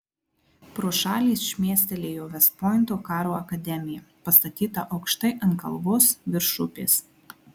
pro šalį šmėstelėjo vest pointo karo akademija pastatyta aukštai ant kalvos virš upės